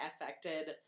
affected